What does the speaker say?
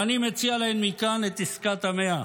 ואני מציע להן מכאן את עסקת המאה: